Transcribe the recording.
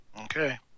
Okay